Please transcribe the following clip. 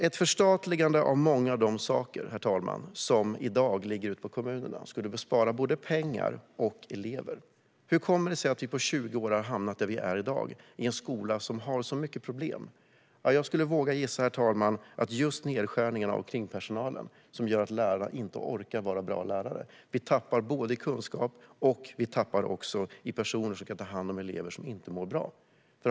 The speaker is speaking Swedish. Ett förstatligande av många av de saker som i dag ligger på kommunerna skulle innebära besparingar både när det gäller pengar och när det gäller elever. Hur kommer det sig att vi på 20 år har hamnat där vi är i dag, i en skola som har så mycket problem? Jag skulle våga gissa, herr talman, att det beror just på nedskärningarna av kringpersonalen, som gör att lärarna inte orkar vara bra lärare. Vi tappar både kunskap och personer som kan ta hand om elever som inte mår bra.